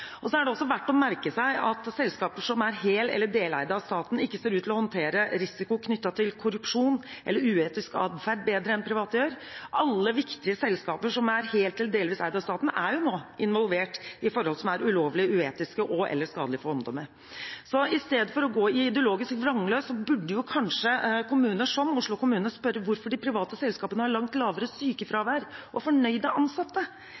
er også verdt å merke seg at selskaper som er hel- eller deleid av staten, ikke ser ut til å håndtere risiko knyttet til korrupsjon eller uetisk adferd bedre enn det private gjør. Alle viktige selskaper som er heleid eller delvis eid av staten, er nå involvert i forhold som er ulovlig, uetisk og/eller skadelig for omdømmet. Så i stedet for å gå i ideologisk vranglås burde kanskje kommuner som Oslo kommune spørre hvorfor de private selskapene har langt lavere sykefravær og fornøyde ansatte.